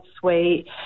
suite